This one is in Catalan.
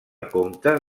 compte